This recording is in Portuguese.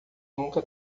nunca